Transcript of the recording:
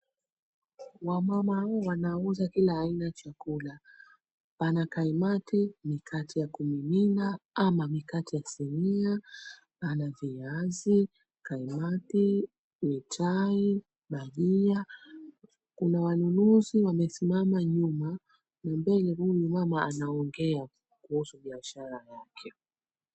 Wamama hawa wanauza kila aina ya chakula. Pana kaimati, mikate ya kumimina ama mikate ya sinia. Pana viazi, kaimati, mitai. Kuna wanunuzi wamesimama nyuma yake mimi mama anaongea kuhusu biashara yake.